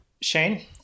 Shane